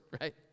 right